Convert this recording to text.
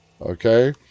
okay